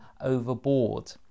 overboard